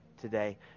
today